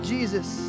Jesus